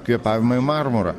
kvėpavimą į marmurą